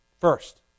first